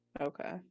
okay